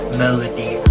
melody